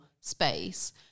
space